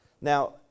Now